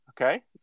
Okay